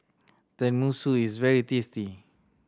tenmusu is very tasty